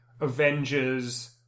Avengers